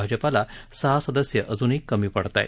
भाजपाला सहा सदस्य अजूनही कमी पडत आहेत